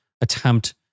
attempt